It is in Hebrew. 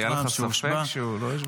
היה לך ספק שהוא לא יושבע?